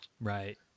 Right